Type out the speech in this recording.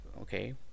okay